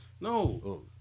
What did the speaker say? No